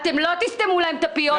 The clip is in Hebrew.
לא תסתמו להם את הפיות.